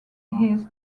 his